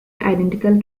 identical